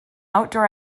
outdoor